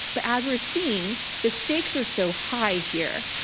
but, as we're seeing, the stakes are so high here,